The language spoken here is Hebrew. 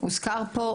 כפי שהוזכר פה,